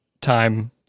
time